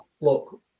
look